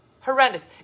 Horrendous